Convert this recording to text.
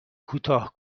کوتاه